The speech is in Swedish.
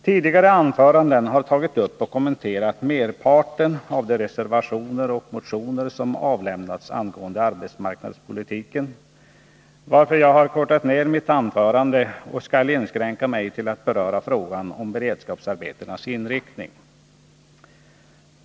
Tidigare talare har i sina anföranden tagit upp och kommenterat merparten av de reservationer och motioner som avlämnats angående arbetsmarknadspolitiken, varför jag har kortat ner mitt anförande och skall inskränka mig till att beröra frågan om beredskapsarbetenas inriktning.